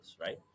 right